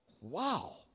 Wow